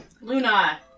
Luna